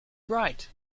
bright